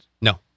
No